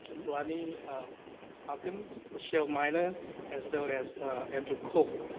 ronnie hawkins, michelle miner as well as andrew cook.